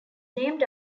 named